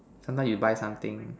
sometimes you buy something